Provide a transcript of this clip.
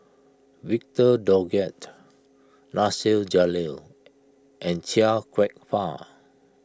Victor Doggett Nasir Jalil and Chia Kwek Fah